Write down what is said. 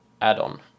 add-on